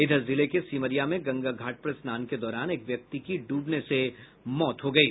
इधर जिले के सिमरिया में गंगा घाट पर स्नान के दौरान एक व्यक्ति की डूबने से मौत हो गयी